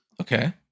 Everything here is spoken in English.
Okay